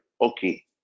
okay